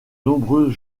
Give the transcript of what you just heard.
nombreux